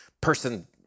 person